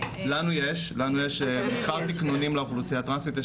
לנו יש מספר תיקנונים לאוכלוסייה הטרנסית.